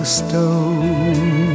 stone